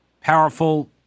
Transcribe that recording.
powerful